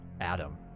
Adam